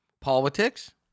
Politics